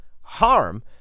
harm